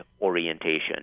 orientation